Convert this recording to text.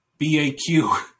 BAQ